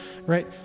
right